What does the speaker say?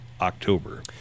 October